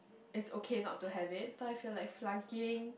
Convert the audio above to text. it's okay not to have it but I feel like